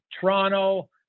Toronto